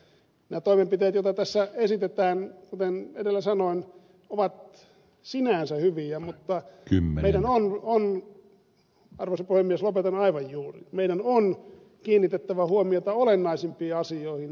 nämä toimenpiteet joita tässä esitetään kuten edellä sanoin ovat sinänsä hyviä mutta meidän on arvoisa puhemies lopetan aivan juuri meidän on kiinnitettävä huomiota olennaisimpiin asioihin